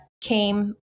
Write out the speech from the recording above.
came